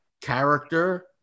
character